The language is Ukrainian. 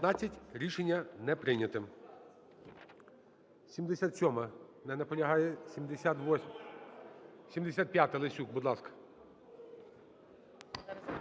Рішення не прийнято.